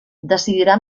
decidirà